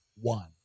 one